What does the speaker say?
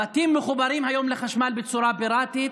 הבתים מחוברים היום לחשמל בצורה פיראטית